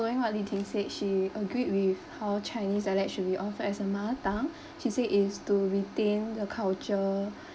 following what li-ting said she agreed with how chinese dialect should be offered as a mother tongue she said is to retain the culture